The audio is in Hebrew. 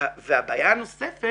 והבעיה הנוספת